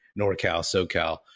NorCal-SoCal